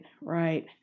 right